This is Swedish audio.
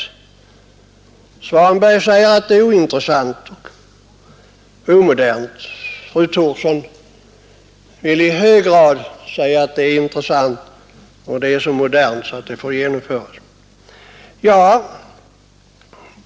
Herr Svanberg säger att socialisering är ointressant och omodern; fru Thorsson tycker att den är i hög grad intressant och så modern att den får genomföras.